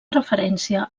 referència